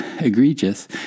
egregious